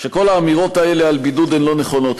שכל האמירות האלה על בידוד הן לא נכונות.